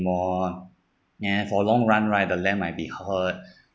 anymore and for long run right the land might be hurt